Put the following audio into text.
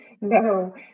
No